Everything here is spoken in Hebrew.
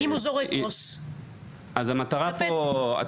--- אם הוא זורק כוס על מישהו, זה חפץ?